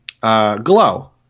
Glow